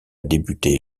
débuté